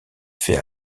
fait